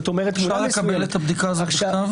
אפשר לקבל את הבדיקה הזאת בכתב?